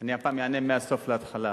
אני הפעם אענה מהסוף להתחלה.